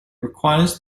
requires